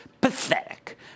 pathetic